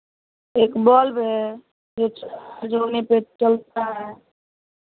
एक बल्ब है जो पर चलता है